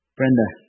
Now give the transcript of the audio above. Brenda